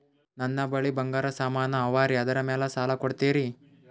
ನನ್ನ ಬಳಿ ಬಂಗಾರ ಸಾಮಾನ ಅವರಿ ಅದರ ಮ್ಯಾಲ ಸಾಲ ಕೊಡ್ತೀರಿ?